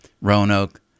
Roanoke